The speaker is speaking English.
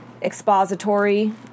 expository